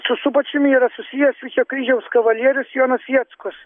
su subačiumi yra susijęs vyčio kryžiaus kavalierius jonas jackus